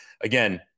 again